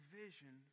vision